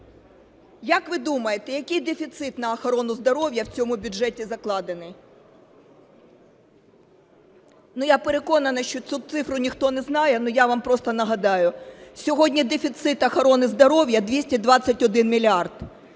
Як ви думаєте, який дефіцит на охорону здоров'я в цьому бюджеті закладений? Ну, я переконана, що цю цифру ніхто не знає, але я вам просто нагадаю: сьогодні дефіцит охорони здоров'я 221 мільярд.